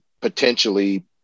potentially